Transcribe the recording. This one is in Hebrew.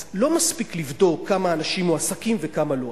אז לא מספיק לבדוק כמה אנשים מועסקים וכמה לא.